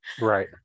Right